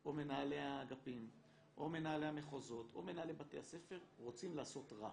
או מנהלי האגפים או מנהלי המחוזות או מנהלי בתי הספר רוצים לעשות רע,